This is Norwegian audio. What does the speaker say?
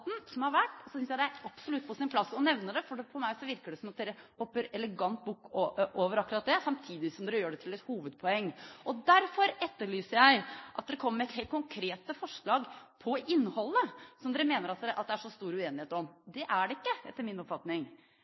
som har vært, synes jeg det absolutt er på sin plass å nevne det, for for meg virker det som om dere hopper elegant bukk over akkurat det, samtidig som dere gjør det til et hovedpoeng. Derfor etterlyser jeg helt konkrete forslag til innholdet, som dere mener at det er så stor uenighet om. Det er det ikke, etter min oppfatning.